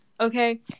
Okay